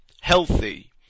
healthy